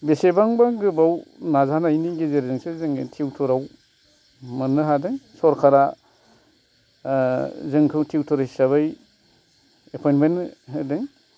बेसेबांबा गोबाव नाजानायनि गेजेरजों सो जोङो थुउतरआव मोननो हादों सरखारा जों खौ थुउतर हिसाबै एफवेन्टमेन्ट होदों